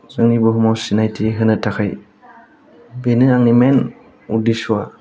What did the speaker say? जोंनि बुहुमाव सिनायथि होनो थाखाय बेनो आंनि मेन उद्देस'आ